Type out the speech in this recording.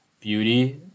beauty